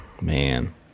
man